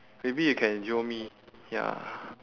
maybe you can jio me ya